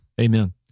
Amen